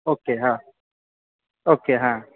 okay हां okay हां